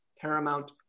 paramount